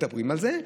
מדברים על זה.